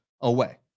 away